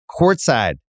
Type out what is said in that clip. courtside